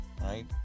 right